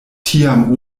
tiam